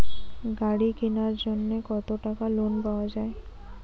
গাড়ি কিনার জন্যে কতো টাকা লোন পাওয়া য়ায়?